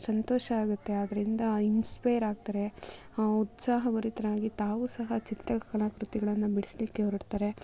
ಸಂತೋಷ ಆಗುತ್ತೆ ಆದರಿಂದ ಇನ್ಸ್ಪೈರ್ ಆಗ್ತಾರೆ ಉತ್ಸಾಹ ಬರೋಥರ ಆಗಿ ತಾವು ಸಹ ಚಿತ್ರಕಲಾ ಕೃತಿಗಳನ್ನ ಬಿಡಿಸ್ಲಿಕ್ಕೆ ಹೊರಡ್ತಾರೆ